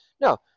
No